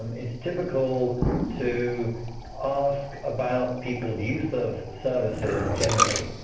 it's typical to ask about people's use of services generally,